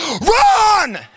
run